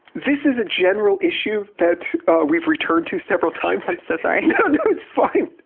this is a general issue that we've returned to several times. i'm so sorry. no, no, it's fine.